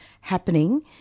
happening